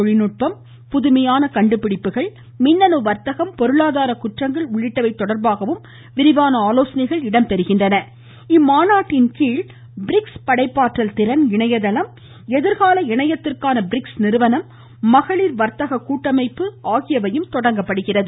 தொழில்நுட்பம் புதுமையான கண்டுபிடிப்புகள் அறிவியல் மின்னை வர்த்தகம் பொருளாதார குற்றங்கள் உள்ளிட்டவை தொடர்பாகவும் விரிவாக ஆலோசனைகள் மேற்கொள்ளப் படுகின்றன இம்மாநாட்டின் கீழ் பிரிக்ஸ் படைப்பாற்றல் திறன் இணையதளம் எதிர்கால இணையத்திற்கான பிரிக்ஸ் நிறுவனம் மகளிர் வர்த்தக கூட்டமைப்பு ஆகியவையும் தொடங்கப்படுகிறது